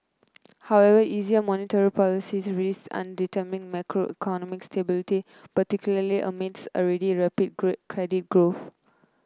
however easier monetary policy risks undermining macroeconomic stability particularly amid already rapid credit growth